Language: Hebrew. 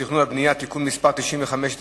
התכנון והבנייה (תיקון מס' 95),